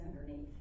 underneath